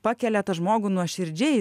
pakelia tą žmogų nuoširdžiai